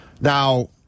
Now